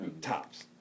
Tops